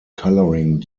colouring